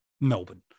Melbourne